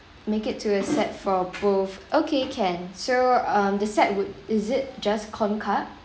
make it to accept for both okay can so um the set would is it just kumquat